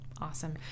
Awesome